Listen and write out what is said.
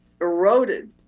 eroded